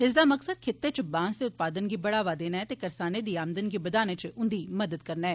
इस दा मकसद खित्ते च बांस दे उत्पादन गी बढ़ावा देना ऐ ते करसानें दी आमदन गी बदाने च उन्दी मदद करना ऐ